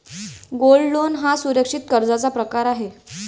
gold loan हा सुरक्षित कर्जाचा प्रकार आहे